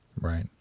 Right